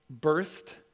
birthed